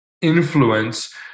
influence